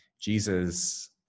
Jesus